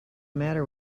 matter